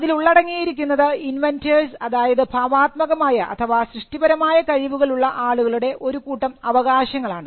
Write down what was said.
അതിലുള്ളടങ്ങിയിരിക്കുന്നത് inventors അതായത് ഭാവാത്മകമായ അഥവാ സൃഷ്ടിപരമായ കഴിവുകൾ ഉള്ള ആളുകളുടെ ഒരു കൂട്ടം അവകാശങ്ങളാണ്